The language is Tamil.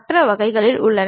மற்ற வகைகளும் உள்ளன